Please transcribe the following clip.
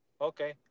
Okay